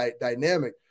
dynamic